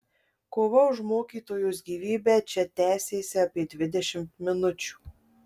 kova už mokytojos gyvybę čia tęsėsi apie dvidešimt minučių